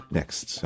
next